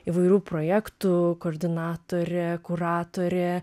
įvairių projektų koordinatorė kuratorė